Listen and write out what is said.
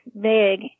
big